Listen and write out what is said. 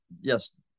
Yes